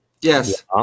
yes